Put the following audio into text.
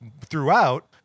throughout